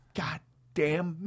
goddamn